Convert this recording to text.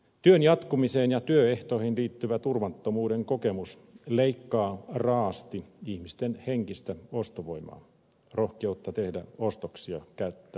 työn jatkumiseen ja työehtoihin liittyvä turvattomuuden kokemus leikkaa raaasti ihmisten henkistä ostovoimaa rohkeutta tehdä ostoksia käyttää rahaa